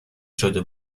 شده